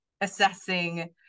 assessing